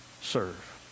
serve